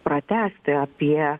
pratęsti apie